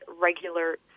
regular